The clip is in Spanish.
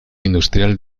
industrial